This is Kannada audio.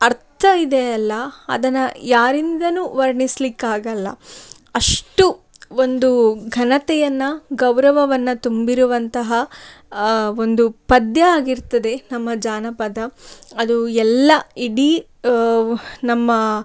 ಅರ್ಥ ಇದೆಯಲ್ಲ ಅದನ್ನು ಯಾರಿಂದಲೂ ವರ್ಣಿಸ್ಲಿಕ್ಕೆ ಆಗಲ್ಲ ಅಷ್ಟು ಒಂದು ಘನತೆಯನ್ನು ಗೌರವವನ್ನು ತುಂಬಿರುವಂತಹ ಒಂದು ಪದ್ಯ ಆಗಿರ್ತದೆ ನಮ್ಮ ಜಾನಪದ ಅದು ಎಲ್ಲ ಇಡೀ ನಮ್ಮ